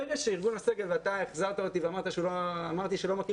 ברגע שארגון הסגל ואתה החזרת אותי עת אמרתי שלא מכיר